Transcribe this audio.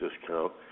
discount